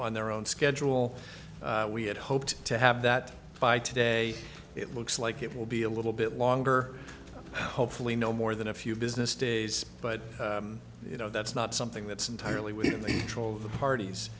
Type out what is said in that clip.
on their own schedule we had hoped to have that by today it looks like it will be a little bit longer hopefully no more than a few business days but you know that's not something that's entirely within the parties